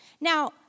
Now